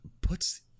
puts